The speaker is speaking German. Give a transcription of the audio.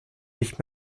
nicht